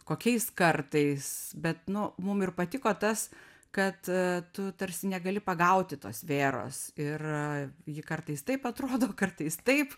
kokiais kartais bet nu mum ir patiko tas kad tu tarsi negali pagauti tos vėros ir ji kartais taip atrodo kartais taip